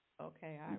Okay